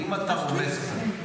האם אתה רומז פה,